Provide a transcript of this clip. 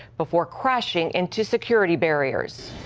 before crashing into security barriers.